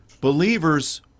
believers